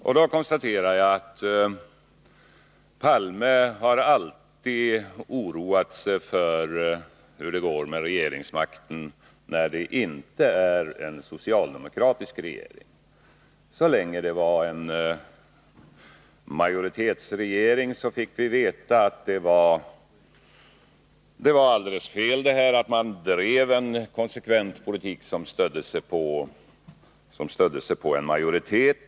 Jag konstaterar att Olof Palme alltid har oroat sig för hur det går med regeringsmakten när det inte är en socialdemokratisk regering. Så länge det var en borgerlig majoritetsregering fick vi veta att det var alldeles fel att vi drev en konsekvent politik som stödde sig på en majoritet.